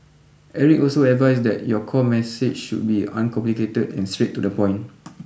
Eric also advised that your core message should be uncomplicated and straight to the point